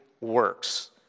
works